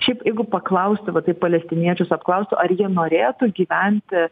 šiaip jeigu paklausti va taip palestiniečius apklaustų ar jie norėtų gyventi